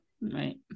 right